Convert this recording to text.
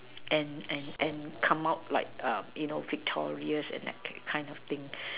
and and and come out like you know victorious and that kind of thing